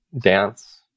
dance